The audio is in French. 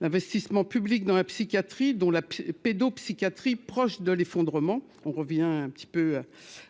l'investissement public dans la psychiatrie dont la pédopsychiatrie, proche de l'effondrement, on revient un petit peu aux